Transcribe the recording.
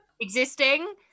existing